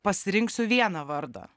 pasirinksiu vieną vardą